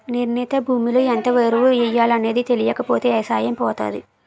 నిర్ణీత భూమిలో ఎంత ఎరువు ఎయ్యాలనేది తెలీకపోతే ఎవసాయం పోతాది